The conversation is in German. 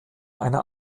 einer